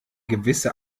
gewisse